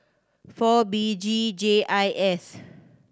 four B G J I S